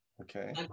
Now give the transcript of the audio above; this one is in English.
okay